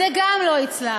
גם זה לא יצלח.